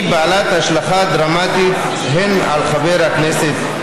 היא בעלת השלכה דרמטית, הן על חבר הכנסת,